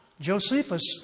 Josephus